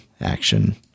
action